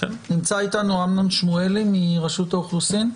אמנון שמואלי מרשות האוכלוסין,